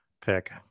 pick